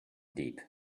deep